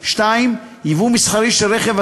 2. ייבוא מסחרי של רכב,